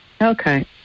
Okay